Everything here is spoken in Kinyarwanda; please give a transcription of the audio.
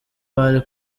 bari